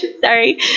Sorry